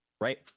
right